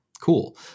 cool